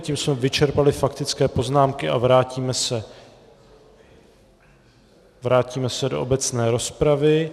Tím jsme vyčerpali faktické poznámky a vrátíme se do obecné rozpravy.